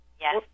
Yes